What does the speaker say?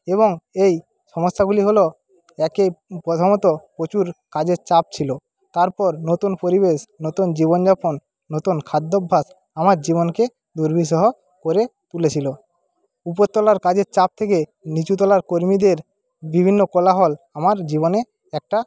এবং এই সমস্যাগুলি হলো একে প্রথমত প্রচুর কাজের চাপ ছিলো তারপর নতুন পরিবেশ নতুন জীবনযাপন নতুন খাদ্যভাস আমার জীবনকে দুর্বিষহ করে তুলেছিলো উপরতলার কাজের চাপ থেকে নিচুতলার কর্মীদের বিভিন্ন কোলাহল আমার জীবনে একটা